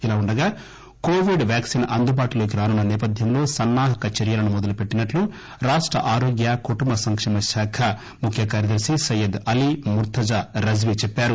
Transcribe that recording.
ఇలా వుండగా Covid vaccine అందుబాటులోకి రానున్న నేపథ్యంలో సన్నా హక చర్యలను మొదలు పెట్టినట్టు రాష్ట ఆరోగ్య కుటుంబ సంకేమ శాఖ ముఖ్య కార్యదర్శి సయ్యద్ అలీ ముర్తజా రిజ్వీ చెప్పారు